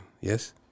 yes